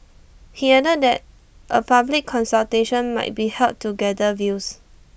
he added that A public consultation might be held to gather views